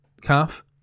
Calf